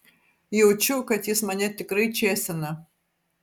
jaučiu kad jis mane tikrai čėsina